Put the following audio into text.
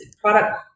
product